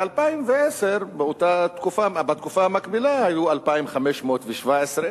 ב-2010, בתקופה המקבילה, היו 2,517,